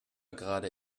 gerade